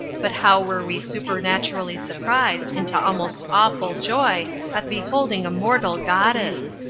but how were we supernaturally surprised into almost awful joy at beholding a mortal goddess!